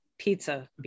pizza